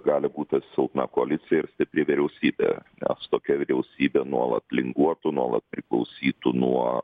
gali būt silpna koalicija ir stipri vyriausybė nes tokia vyriausybė nuolat linguotų nuolat priklausytų nuo